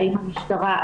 האם המשטרה,